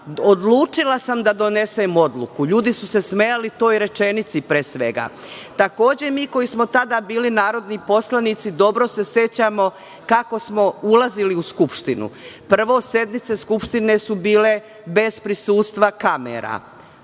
odlučila sam da donesem odluku. Ljudi su se smejali toj rečenici, pre svega. Takođe, mi koji smo tada bili narodni poslanici dobro se sećamo kako smo ulazili u Skupštinu. Prvo, sednice Skupštine su bile bez prisustva kamera,